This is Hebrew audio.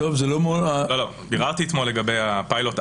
ביררתי אתמול לגבי הפיילוט.